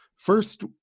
First